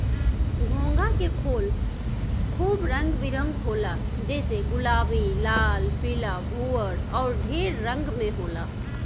घोंघा के खोल खूब रंग बिरंग होला जइसे गुलाबी, लाल, पीला, भूअर अउर ढेर रंग में होला